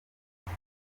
aba